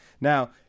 Now